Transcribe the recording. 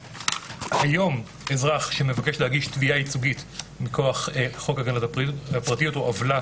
היום אזרח שמבקש להגיש תביעה ייצוגית מכוח הגנת הפרטיות או עוולה